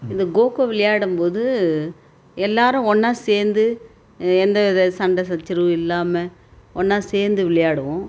இந்த கோகோ விளையாடும் போது எல்லோரும் ஒன்றா சேர்ந்து எந்த வித சண்டை சச்சரவும் இல்லாமல் ஒன்றா சேர்ந்து விளையாடுவோம்